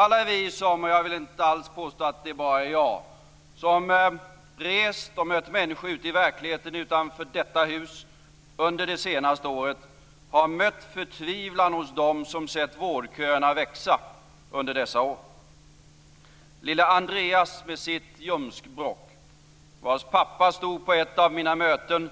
Alla vi - och jag vill inte alls påstå att det bara är jag - som rest och mött människor ute i verkligheten utanför detta hus under det senaste året har mött förtvivlan hos dem som sett vårdköerna växa under dessa år. Lilla Andreas har ljumskbråck. Hans pappa stod på ett av mina möten